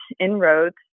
inroads